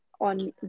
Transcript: on